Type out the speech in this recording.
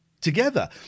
together